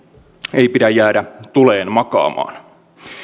ei pidä jäädä tuleen makaamaan